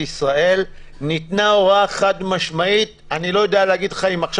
אני חושב שזה בדיוק ההפך.